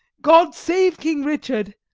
god save king richard!